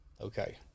Okay